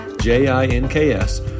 J-I-N-K-S